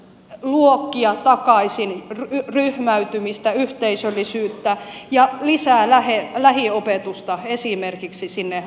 luokkia takaisin ryhmäytymistä yhteisöllisyyttä ja lisää lähiopetusta esimerkiksi sinne ammattikouluihin